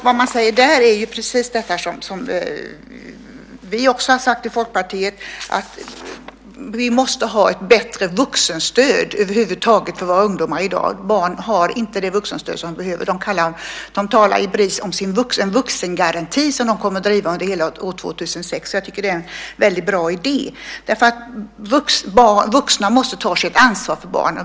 Det man säger där är precis det som vi också har sagt i Folkpartiet, att vi måste ha ett bättre vuxenstöd över huvud taget för våra ungdomar i dag. Barn har inte det vuxenstöd de behöver. I Bris talar man om en vuxengaranti som man kommer att driva under hela år 2006. Jag tycker att det är en väldigt bra idé. Vuxna måste ta sitt ansvar för barnen.